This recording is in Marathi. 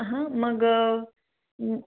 हां मग